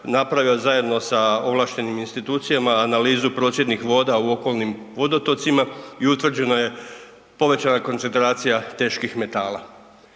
napravio zajedno sa ovlaštenim institucijama analizu procjednih voda u okolnim vodotocima i utvrđena je povećana koncentracija teških metala.